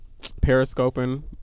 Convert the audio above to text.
periscoping